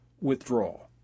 withdrawal